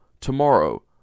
tomorrow